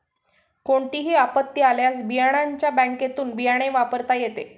कोणतीही आपत्ती आल्यास बियाण्याच्या बँकेतुन बियाणे वापरता येते